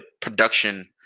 production